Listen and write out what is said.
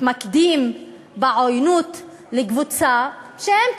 מתמקדים בעוינות לקבוצה שהם,